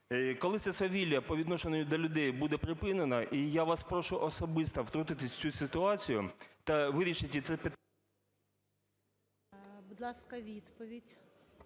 Коли це свавілля по відношенню до людей буде припинено? І я вас прошу особисто втрутитись в цю ситуацію та вирішити ці… ГОЛОВУЮЧИЙ. Будь ласка, відповідь.